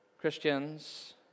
Christians